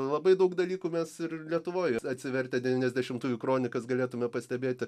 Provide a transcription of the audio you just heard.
labai daug dalykų mes ir lietuvoj atsivertę devyniasdešimtųjų kronikas galėtume pastebėti